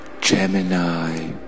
Gemini